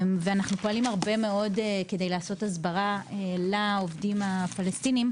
אנחנו פועלים הרבה מאוד כדי לעשות הסברה לעובדים הפלסטינים,